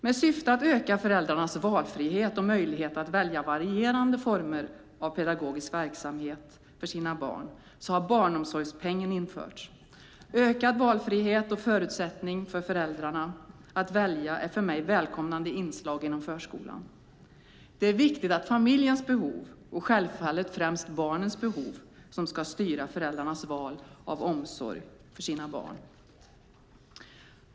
Med syfte att öka föräldrarnas valfrihet och möjlighet att välja varierande former av pedagogisk verksamhet för sina barn har barnomsorgspengen införts. Ökad valfrihet och förutsättningar för föräldrar att välja är för mig välkomna inslag inom förskolan. Det är viktigt att familjens behov och självfallet främst barnets behov ska styra föräldrarnas val av omsorg för sina barn.